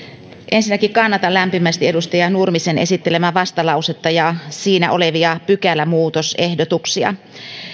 ensinnäkin kannatan lämpimästi edustaja nurmisen esittelemää vastalausetta ja siinä olevia pykälämuutosehdotuksia